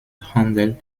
handel